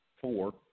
four